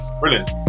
brilliant